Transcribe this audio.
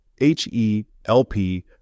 H-E-L-P